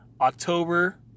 October